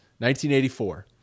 1984